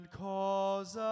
cause